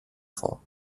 vor